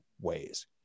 ways